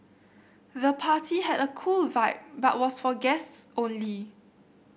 the party had a cool vibe but was for guests only